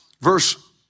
Verse